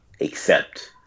accept